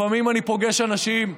לפעמים אני פוגש אנשים,